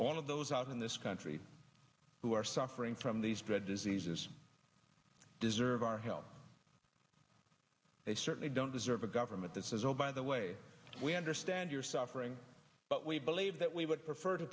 all of those out in this country who are suffering from these dread diseases deserve our help they certainly don't deserve a government that says oh by the way we understand your suffering but we believe that we would prefer to